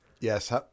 Yes